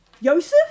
Yosef